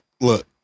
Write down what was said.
look